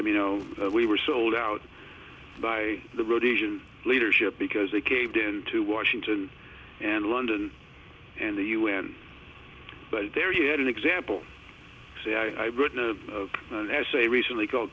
them you know that we were sold out by the rhodesian leadership because they caved in to washington and london and the u n but there you had an example say i've written a of an essay recently called